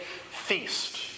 feast